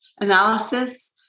analysis